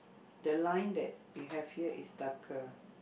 the line that you have here is darker